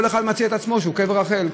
כל אחד מציג את עצמו שהוא קבר רחל,